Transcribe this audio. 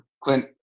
Clint